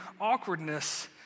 awkwardness